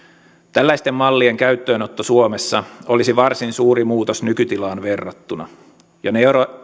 tällaisten mallien käyttöönotto suomessa olisi varsin suuri muutos nykytilaan verrattuna